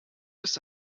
ist